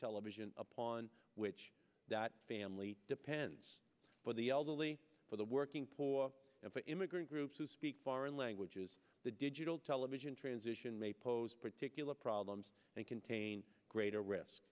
television upon which that family depends but the elderly for the working poor and for immigrant groups who speak foreign languages the digital television transition may pose particular problems and contain greater risk